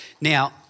Now